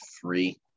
three